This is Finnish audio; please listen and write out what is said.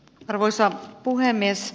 arvoisa puhemies